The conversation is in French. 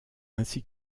ainsi